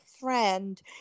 friend